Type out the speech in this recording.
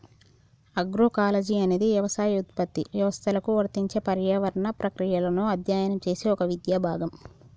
agroecology అనేది యవసాయ ఉత్పత్తి వ్యవస్థలకు వర్తించే పర్యావరణ ప్రక్రియలను అధ్యయనం చేసే ఒక విద్యా భాగం